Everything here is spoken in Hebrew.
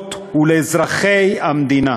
השכולות ולאזרחי המדינה.